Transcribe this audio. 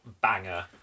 banger